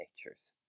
natures